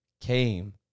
came